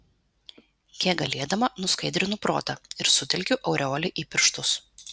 kiek galėdama nuskaidrinu protą ir sutelkiu aureolę į pirštus